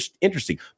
interesting